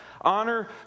Honor